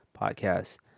podcasts